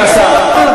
למחול על פגיעה באמת.